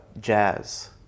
jazz